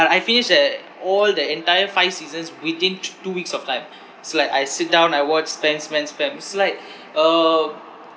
but I finish like all the entire five seasons within t~ two weeks of time it's like I sit down I watch fans mans spams it's like uh